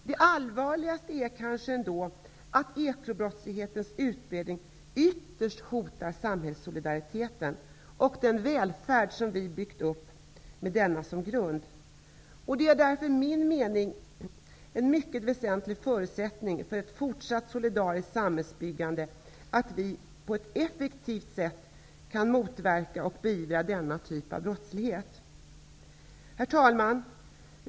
Det allvarliga är ändå att ekobrottslighetens utbredning ytterst hotar samhällssolidariteten och den välfärd som vi byggt upp med solidariteten som grund. Det är därför, enligt min mening, en mycket väsentlig förutsättning för ett fortsatt solidariskt samhällsbyggande att vi på ett effektivt sätt kan motverka och beivra denna typ av brottslighet.